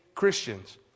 Christians